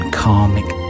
karmic